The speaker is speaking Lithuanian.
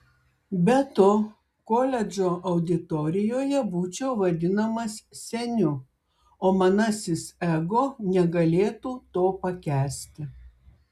be to koledžo auditorijoje būčiau vadinamas seniu o manasis ego negalėtų to pakęsti